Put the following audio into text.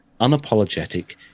unapologetic